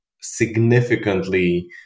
significantly